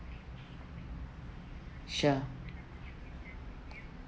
sure